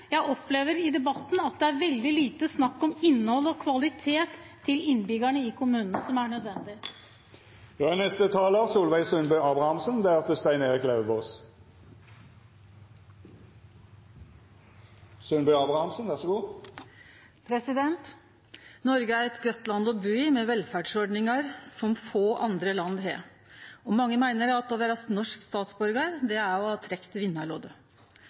Jeg lurer veldig på hva angsten for kommunereformen er. Det er snakk om struktur, men jeg opplever at det i debatten er veldig lite snakk om innhold og kvalitet til innbyggerne i kommunen, noe som er nødvendig. Noreg er eit godt land å bu i, med velferdsordningar som få andre land. Mange meiner at å vere norsk statsborgar er å ha